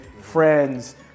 friends